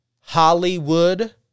Hollywood